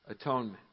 atonement